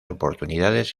oportunidades